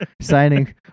signing